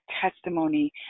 testimony